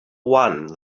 one